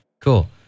Cool